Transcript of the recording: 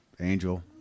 angel